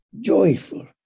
joyful